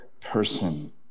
person